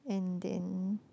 and then